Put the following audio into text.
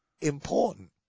important